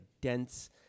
dense